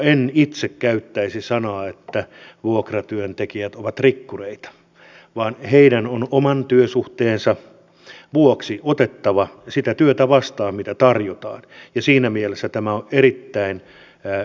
en itse käyttäisi sanaa että vuokratyöntekijät ovat rikkureita vaan heidän on oman työsuhteensa vuoksi otettava sitä työtä vastaan mitä tarjotaan ja siinä mielessä tämä on erittäin tervehdittävä lainsäädäntö